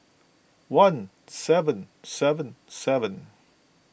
one seven seven seven